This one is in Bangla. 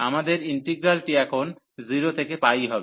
আমাদের ইন্টিগ্রালটি এখন 0 থেকে π হবে